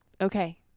okay